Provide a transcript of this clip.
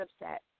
upset